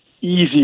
easy